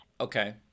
Okay